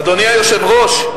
אדוני היושב-ראש,